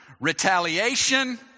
retaliation